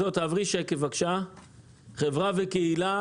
חברה וקהילה.